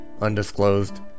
undisclosed